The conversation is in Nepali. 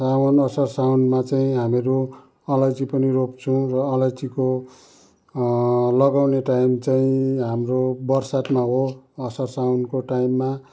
सावन असार सावनमा चाहिँ हामीहरू अलैँची पनि रोप्छौँ र अलैँचीको लगाउने टाइम चाहिँ हाम्रो बरसातमा हो असार साउनको टाइममा